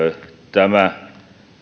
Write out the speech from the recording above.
tämä